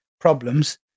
problems